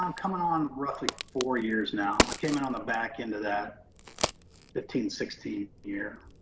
um coming on roughly four years now. i came in on the back end of that fifteen sixteen year.